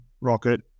Rocket